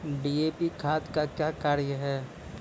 DAP खाद का क्या कार्य हैं?